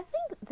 I think that